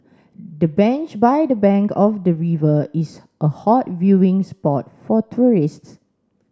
the bench by the bank of the river is a hot viewing spot for tourists